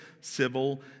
civil